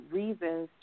reasons